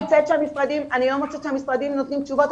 אני לא מוצאת שהמשרדים נותנים תשובות.